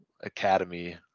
academy